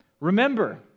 Remember